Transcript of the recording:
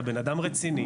אתה בן אדם רציני,